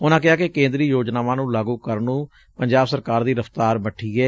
ਉਨਾਂ ਕਿਹਾ ਕਿ ਕੇਂਦਰੀ ਯੋਜਨਾਵਾਂ ਨੁੰ ਲਾਗੁ ਕਰਨ ਨੁੰ ਪੰਜਾਬ ਸਰਕਾਰ ਦੀ ਰਫ਼ਤਾਰ ਮੱਠੀ ਏ